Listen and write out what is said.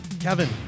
Kevin